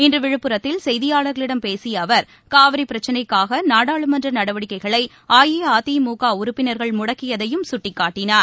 இன்றுவிழுப்புரத்தில் செய்தியாளர்களிடம் பேசியஅவர் காவிர்பிரச்சினைக்காகநாடாளுமன்றநடவடிக்கைகளைஅஇஅதிமுகஉறுப்பினர்கள் முடக்கியதையும் சுட்டிக்காட்டினார்